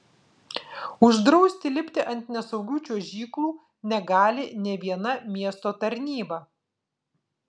uždrausti lipti ant nesaugių čiuožyklų negali nė viena miesto tarnyba